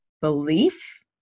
belief